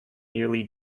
nearly